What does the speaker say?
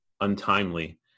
untimely